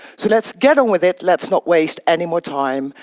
so let's get on with it, let's not waste any more time,